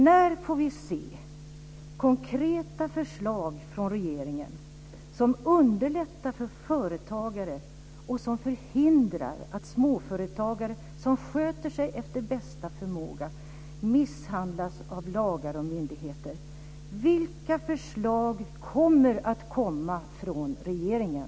När får vi se konkreta förslag från regeringen som underlättar för företagare och som förhindrar att småföretagare som sköter sig efter bästa förmåga misshandlas av lagar och myndigheter. Vilka förslag kommer att komma från regeringen?